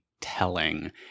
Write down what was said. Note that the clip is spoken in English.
telling